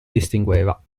distingueva